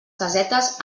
casetes